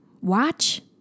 watch